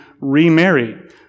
remarry